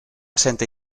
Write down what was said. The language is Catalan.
centre